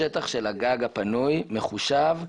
השטח של הגג הפנוי מחושב,